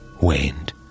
waned